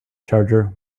charger